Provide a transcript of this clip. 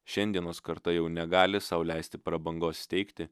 šiandienos karta jau negali sau leisti prabangos steigti